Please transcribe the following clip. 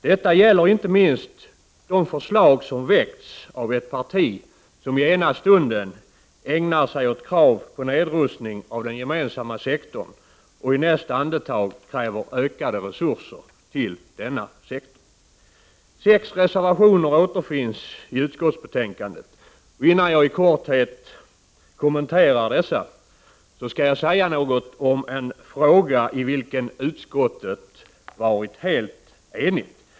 Detta gäller inte minst de förslag som väckts av ett parti som i ena stunden ägnar sig åt krav på nedrustning av den gemensamma sektorn och i nästa andetag kräver ökade resurser till denna sektor. Sex reservationer återfinns i utskottsbetänkandet. Innan jag i korthet kommenterar dessa skall jag säga något om en fråga i vilken utskottet varit helt enigt.